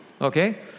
Okay